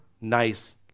nice